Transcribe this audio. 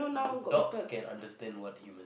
dogs can understand what human